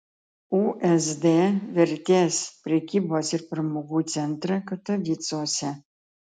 usd vertės prekybos ir pramogų centrą katovicuose